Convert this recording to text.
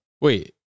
Wait